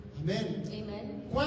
Amen